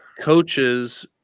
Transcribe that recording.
coaches